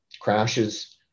crashes